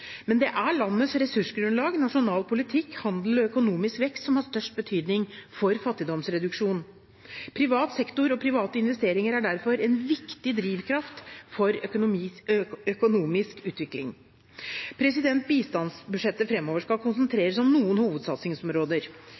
Men det er landets ressursgrunnlag, nasjonal politikk, handel og økonomisk vekst som har størst betydning for fattigdomsreduksjon. Privat sektor og private investeringer er derfor en viktig drivkraft for økonomisk utvikling. Bistandsbudsjettet skal framover konsentreres om noen hovedsatsingsområder: